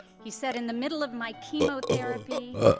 he said, in the middle of my chemotherapy,